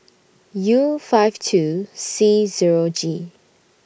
U five two C Zero G